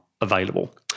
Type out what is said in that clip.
available